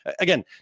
Again